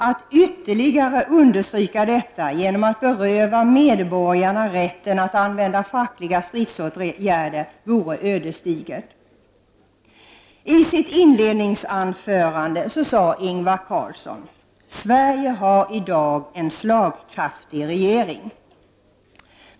Att ytterligare understryka detta genom att beröva medborgarna rätten att använda fackliga stridsåtgärder vore ödesdigert. I sitt inledningsanförande sade Ingvar Carlsson: Sverige har i dag en slagkraftig regering.